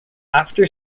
after